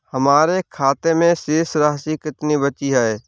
हमारे खाते में शेष राशि कितनी बची है?